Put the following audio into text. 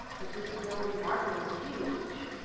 the disability market is huge